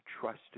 trust